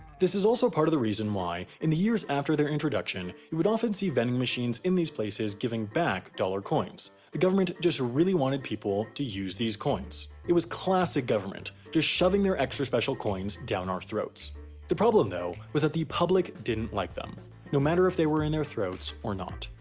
this is also part of the reason why, in the years after their introduction, you would often see vending machines in these places giving back dollar coins the government just really wanted people to use these coins. it was classic government just shoving their extra special coins down our throats the problem, though, was that the public didn't like them no matter if they were in their throats or not.